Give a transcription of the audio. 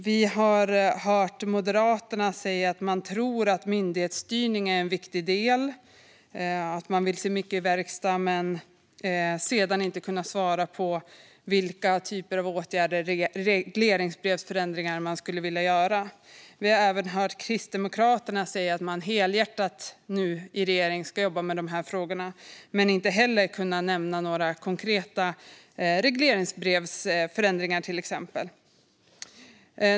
Vi har hört Moderaterna säga att man tror att myndighetsstyrning är viktigt, att man vill se mycket verkstad, men sedan kan man inte svara på vilka typer av åtgärder man vill vidta och vilka regleringsbrevsförändringar man vill göra. Vi har även hört Kristdemokraterna säga att man i regering helhjärtat ska jobba med frågorna, men man har inte heller nämnt några konkreta regleringsbrevsförändringar.